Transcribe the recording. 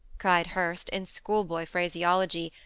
cried hurst, in schoolboy phraseology,